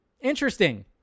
Interesting